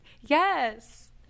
Yes